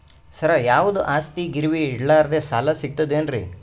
ಸರ, ಯಾವುದು ಆಸ್ತಿ ಗಿರವಿ ಇಡಲಾರದೆ ಸಾಲಾ ಸಿಗ್ತದೇನ್ರಿ?